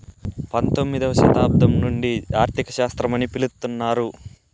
పంతొమ్మిదవ శతాబ్దం నుండి ఆర్థిక శాస్త్రం అని పిలుత్తున్నారు